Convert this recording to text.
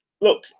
look